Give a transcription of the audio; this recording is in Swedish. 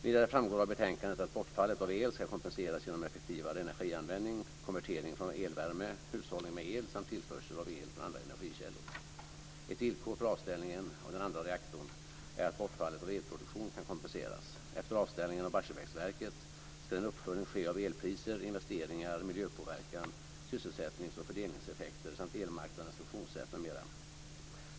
Vidare framgår av betänkandet att bortfallet av el ska kompenseras genom effektivare energianvändning, konvertering från elvärme, hushållning med el samt tillförsel av el från andra energikällor. Ett villkor för avställningen av den andra reaktorn är att bortfallet av elproduktion kan kompenseras. Efter avställningen av Barsebäcksverket ska en uppföljning ske av elpriser, investeringar, miljöpåverkan, sysselsättnings och fördelningseffekter samt elmarknadens funktionssätt m.m.